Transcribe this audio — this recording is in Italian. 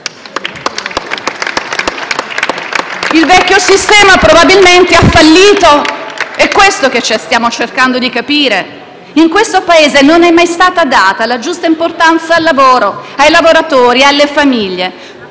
Il vecchio sistema probabilmente ha fallito: è questo che stiamo cercando di capire. In questo Paese non è mai stata data la giusta importanza al lavoro, ai lavoratori e alle famiglie,